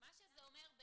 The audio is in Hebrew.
מה שזה אומר,